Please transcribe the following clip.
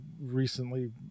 recently